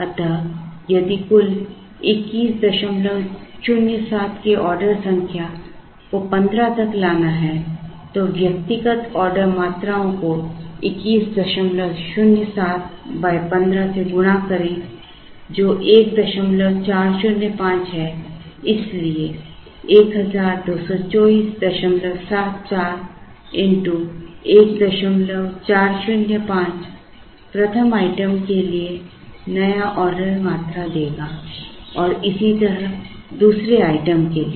अतः यदि कुल 2107 के ऑर्डर संख्या को 15 तक लाना है तो व्यक्तिगत ऑर्डरमात्राओं को 2107 15 से गुणा करें जो 1405 है इसलिए 122474 x 1405 प्रथम आइटम के लिए नया ऑर्डर मात्रा देगा और इसी तरह दूसरे आइटम के लिए